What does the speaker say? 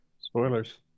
Spoilers